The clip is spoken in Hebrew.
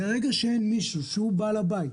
ברגע שאין מישהו שהוא בעל הבית,